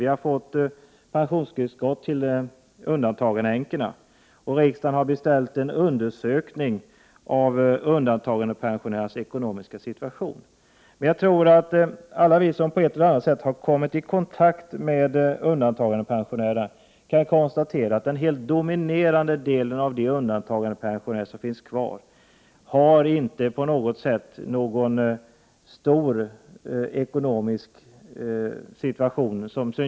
Vi har fått pensionstillskott till undantagandeänkorna, och riksdagen har beställt en undersökning om undantagandepensionärernas ekonomiska situation. Jag tror att alla vi som på ett eller annat sätt har kommit i kontakt med undantagandepensionärer kan konstatera att den helt dominerande delen av dem som finns kvar inte på något sätt har en bra ekonomisk situation.